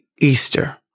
Easter